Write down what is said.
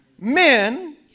men